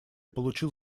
получил